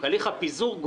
הליך הפיזור.